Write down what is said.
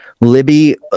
Libby